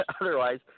otherwise